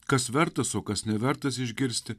kas vertas o kas nevertas išgirsti